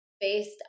based